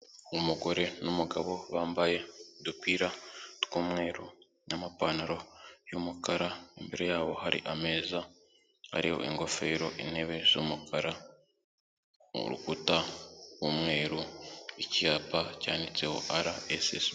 Umugore n'umugabo bambaye udupira tw'umweru n'amapantaro y'umukara, imbere yabo hari ameza ariho ingofero, intebe z'umukara, rukuta rw'umweru, icyapa cyanditseho Arayesesi.